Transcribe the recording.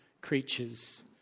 creatures